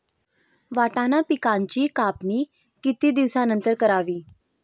वाटाणा पिकांची कापणी किती दिवसानंतर करावी?